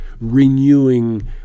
renewing